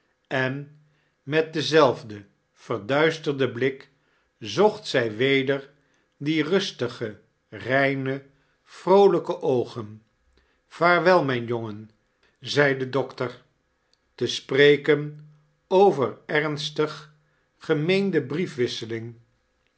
en met diemsaelfden verduisterden blik zocht zij wiedier die rustige reine vtoolijk oogem vaarwiel mijn jangen zei d doctor te spneken over ernstig gemeende brief